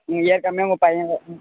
ம் ஏற்கனமே உங்கள் பையன்